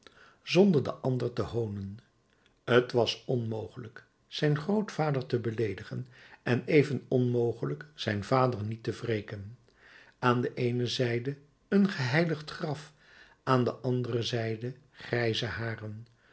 zonder den ander te hoonen t was onmogelijk zijn grootvader te beleedigen en even onmogelijk zijn vader niet te wreken aan de eene zijde een geheiligd graf aan de andere zijde grijze haren